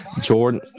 Jordan